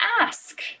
ask